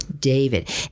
david